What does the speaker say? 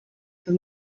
for